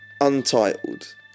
Untitled